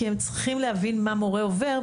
כי הם צריכים להבין מה מורה עובר,